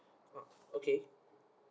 okay